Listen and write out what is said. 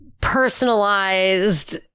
personalized